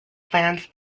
plants